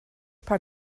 part